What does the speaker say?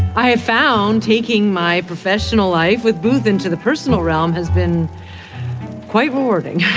i found taking my professional life with booth into the personal realm has been quite rewarding